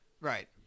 Right